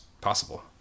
possible